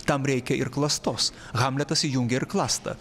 tam reikia ir klastos hamletas įjungia ir klastą